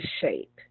shape